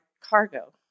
cargo